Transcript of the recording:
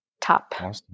top